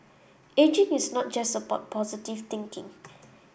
ageing is not just about positive thinking